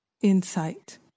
insight